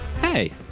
Hey